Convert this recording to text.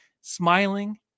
smiling